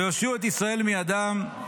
והושיעו את ישראל מידם,